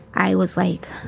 i was like,